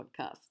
podcast